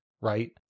right